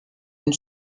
une